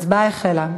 ההצבעה החלה.